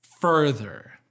further